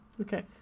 Okay